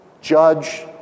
judge